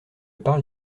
parle